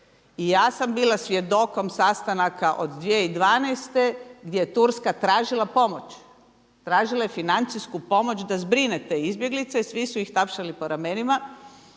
I ja sam bila svjedokom sastanaka od 2012. gdje je Turska tražila pomoć, tražila je financijsku pomoć da zbrine te izbjeglice, svi su ih tapšali po ramenima